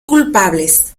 culpables